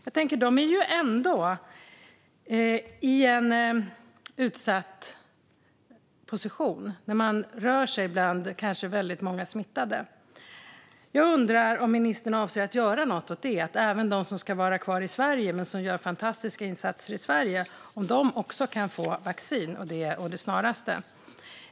Jag tänker att de ändå är i en utsatt position när de rör sig bland kanske väldigt många smittade. Jag undrar om ministern avser att göra någonting åt detta. Kan även de som ska vara kvar i Sverige och som gör fantastiska insatser här få vaccin, och det å det snaraste?